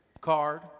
card